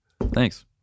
Thanks